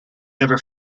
ever